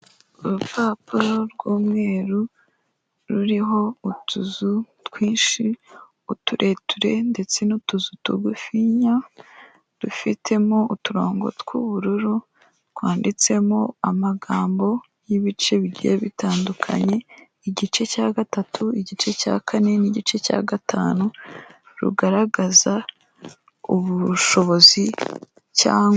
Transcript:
Urupapuro rw'umweru ruriho utuzu twinshi uturere ndetse n'utuzu tugufinya, dufitemo uturongo tw'ubururu twanditsemo amagambo y'ibice bigiye bitandukanye, igice cya gatatu, igice cya Kane n'igice cya gatanu, rugaragaza ubushobozi cyangwa